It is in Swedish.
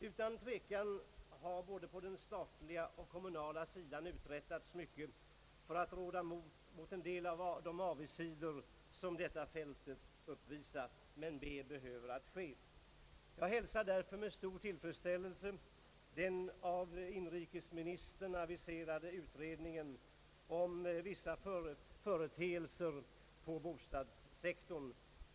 Utan tvekan har mycket uträttats både på den kommunala och på den statliga sidan för att råda bot på en del av de avigsidor som detta fält uppvisar. Men mer behöver ske. Jag hälsar därför med tillfredsställelse den av inrikesministern aviserade utredningen om vissa företeelser på bostadssektorn.